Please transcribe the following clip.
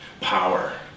power